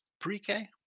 pre-K